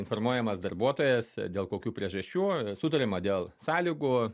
informuojamas darbuotojas dėl kokių priežasčių sutariama dėl sąlygų